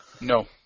no